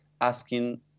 asking